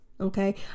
okay